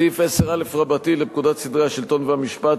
סעיף 10א לפקודת סדרי השלטון והמשפט,